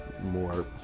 more